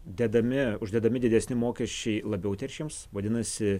dedami uždedami didesni mokesčiai labiau taršiems vadinasi